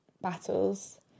battles